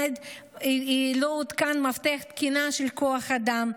לא עודכן מפתח תקינת כוח אדם,